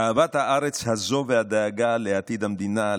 אהבת הארץ הזו והדאגה לעתיד המדינה,